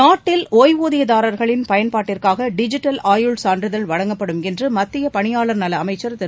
நாட்டில் ஒய்வூதியதாரர்களின் பயன்பாட்டிற்காக டிஜிட்டல் ஆயுள் சான்றிதழ் வழங்கப்படும் என்று மத்திய பணியாளர் நல அமைச்சர் திரு